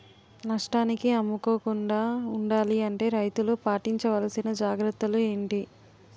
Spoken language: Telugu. నష్టానికి అమ్ముకోకుండా ఉండాలి అంటే రైతులు పాటించవలిసిన జాగ్రత్తలు ఏంటి